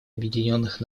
объединенных